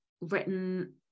written